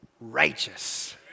righteous